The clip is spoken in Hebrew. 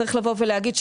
צריך לבוא ולהגיד,